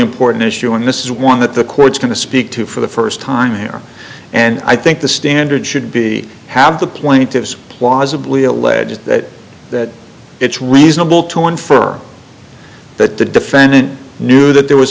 important issue and this is one that the court's going to speak to for the st time here and i think the standard should be have the plaintiffs plausibly allege that that it's reasonable to infer that the defendant knew that there was